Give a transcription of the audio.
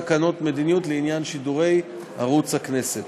תקנות מדיניות לעניין שידורי ערוץ הכנסת.